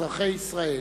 אזרחי ישראל